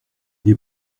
des